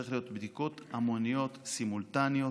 צריכות להיות בדיקות המוניות, סימולטניות,